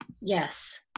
Yes